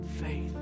faith